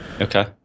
Okay